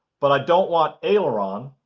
but i don't want aileron.